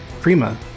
Prima